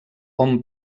hom